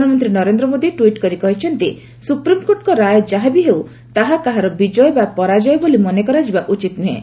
ପ୍ରଧାନମନ୍ତ୍ରୀ ନରେନ୍ଦ୍ର ମୋଦି ଟ୍ୱିଟ୍ କରି କହିଛନ୍ତି ସୁପ୍ରିମକୋର୍ଟଙ୍କ ରାୟ ଯାହା ବି ହେଉନା କାହିଁକି ତାହା କାହାର ବିଜୟ ବା ପରାଜୟ ବୋଲି ମନେକରାଯିବା ଉଚିତ ନୁହେଁ